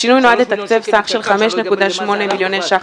השינוי נועד לתקצב סך של 5.8 מיליוני ש"ח